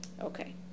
Okay